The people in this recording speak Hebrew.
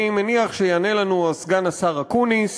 אני מניח שיענה לנו סגן השר אקוניס